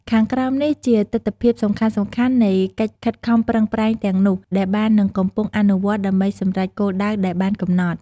ខាងក្រោមនេះជាទិដ្ឋភាពសំខាន់ៗនៃ កិច្ចខិតខំប្រឹងប្រែងទាំងនោះ ដែលបាននិងកំពុងអនុវត្តដើម្បីសម្រេចគោលដៅដែលបានកំណត់។